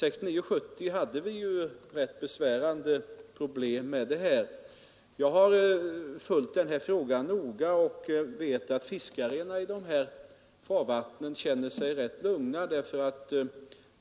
1969 och 1970 hade vi rätt besvärande problem med det här. Jag har följt frågan noga och vet att fiskarna i dessa farvatten känner sig rätt lugna.